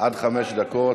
עד חמש דקות.